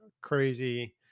crazy